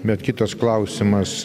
bet kitas klausimas